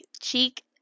cheek